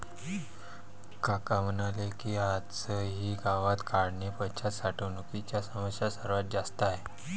काका म्हणाले की, आजही गावात काढणीपश्चात साठवणुकीची समस्या सर्वात जास्त आहे